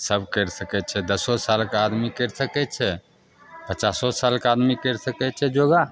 सब करि सकै छै दसो सालके आदमी करि सकै छै पचासो सालके आदमी करि सकै छै योगा